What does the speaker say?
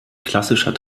klassischer